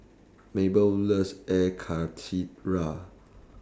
Mabell loves Air Karthira